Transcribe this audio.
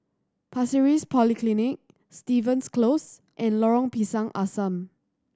Pasir Ris Polyclinic Stevens Close and Lorong Pisang Asam